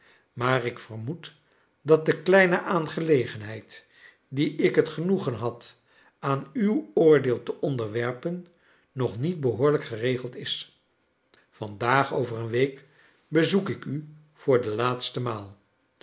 maar ik vermoed dat de kleine aangelegenheid die ik het genoegen had aan uw oordeel te onderwerpen nog met behoorlijk geregeld is yandaag over een week bezoek ik u voor de laatste maal